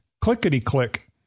clickety-click